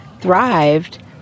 thrived